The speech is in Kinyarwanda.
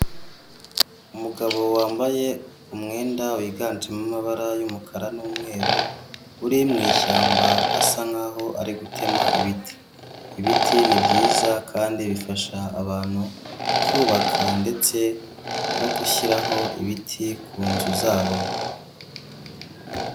Umugabo wambaye umwenda wiganjemo amabara y'umukara n'umweru uri mu ishyamba asa nkaho ari gutema ibiti. Ibiti ni byiza kandi bifasha abantu kubaka ndetse no gushyiraho ibiti ku nzu zabo.